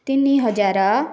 ତିନି ହଜାର